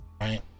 Right